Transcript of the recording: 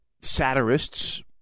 satirists